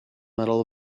medal